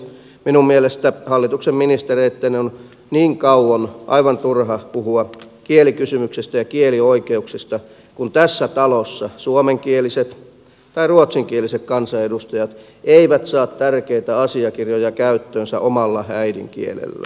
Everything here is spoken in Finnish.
minun mielestäni hallituksen ministereitten on niin kauan aivan turha puhua kielikysymyksestä ja kielioikeuksista kuin tässä talossa suomenkieliset tai ruotsinkieliset kansanedustajat eivät saa tärkeitä asiakirjoja käyttöönsä omalla äidinkielellään